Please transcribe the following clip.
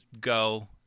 go